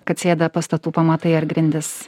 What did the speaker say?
kad sėda pastatų pamatai ar grindys